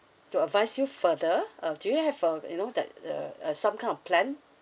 to advise you further uh do you have uh you know that the uh some kind of plan